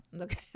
Okay